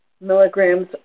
milligrams